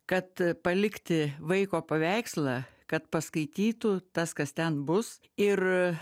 kad palikti vaiko paveikslą kad paskaitytų tas kas ten bus ir